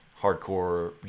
hardcore